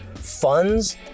funds